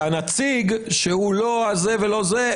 והנציג שהוא לא זה ולא זה,